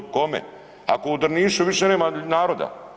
Kome, ako u Drnišu više nema naroda.